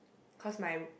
cause my